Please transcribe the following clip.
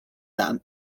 them